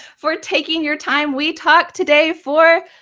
for taking your time. we talked today for,